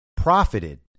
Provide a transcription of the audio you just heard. profited